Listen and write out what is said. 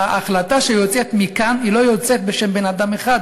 ההחלטה שיוצאת מכאן לא יוצאת בשם בן-אדם אחד,